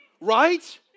Right